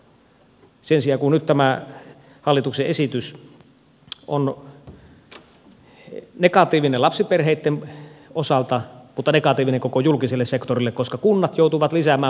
sen sijaan nyt tämä hallituksen esitys on negatiivinen lapsiperheitten osalta mutta se on negatiivinen koko julkiselle sektorille koska kunnat joutuvat lisäämään päivähoitopaikkoja